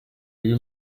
you